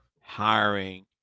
hiring